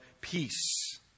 peace